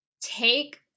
take